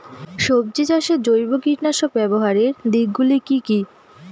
সবজি চাষে জৈব কীটনাশক ব্যাবহারের দিক গুলি কি কী?